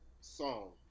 song